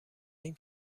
ایم